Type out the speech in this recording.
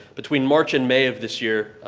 between march and may of this year,